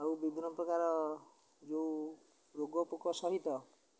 ଆଉ ବିଭିନ୍ନ ପ୍ରକାର ଯେଉଁ ରୋଗ ପୋକ ସହିତ